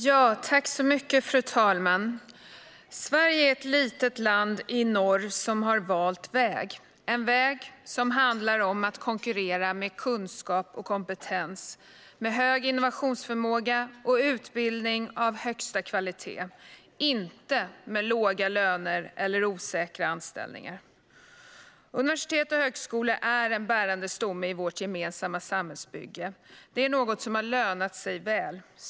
Fru talman! Sverige är ett litet land i norr som har valt väg. Det är en väg som handlar om att konkurrera med kunskap och kompetens, med hög innovationsförmåga och med utbildning av högsta kvalitet, inte med låga löner eller osäkra anställningar. Universitet och högskolor är en bärande stomme i vårt gemensamma samhällsbygge. Det är något som har lönat sig väl.